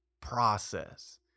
Process